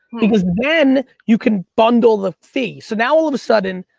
because then, you can bundle the fee. so, now all of a sudden,